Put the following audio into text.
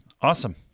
Awesome